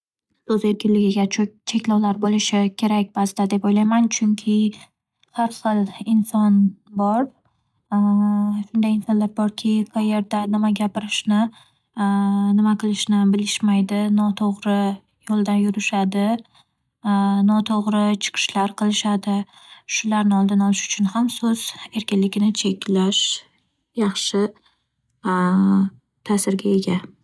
So'z erkinligiga cho'k-cheklovlar bo'lishi kerak ba'zida deb o'ylayman, chunki har xil inson bor. Shunday insonlar borki qayerda nima gapirishni, nima qilishni bilishmaydi, noto'g'ri yo'ldan yurishadi, noto'g'ri chiqishlar qilishadi. Shularni oldini olish uchun ham so'z erkinligini cheklash yaxshi ta'sirga ega.